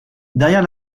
derrière